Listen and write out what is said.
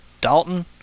Dalton